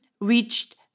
reached